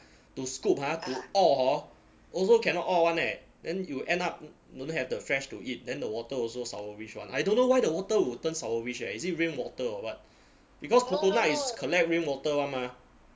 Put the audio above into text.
to scoop ha to orh hor also cannot orh [one] leh then you end up don't know have the flesh to eat then the water also sourish [one] I don't know why the water would turn sourish eh is it rainwater or what because coconut is collect rainwater [one] mah